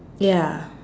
ya